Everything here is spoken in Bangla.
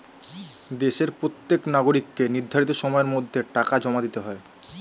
দেশের প্রত্যেক নাগরিককে নির্ধারিত সময়ের মধ্যে টাকা জমা দিতে হয়